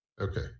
Okay